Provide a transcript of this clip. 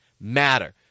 matter